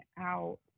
out